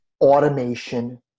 automation